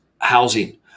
housing